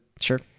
sure